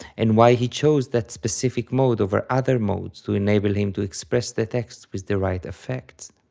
and why he chose that specific mode over other modes to enable him to express the text with the right affects.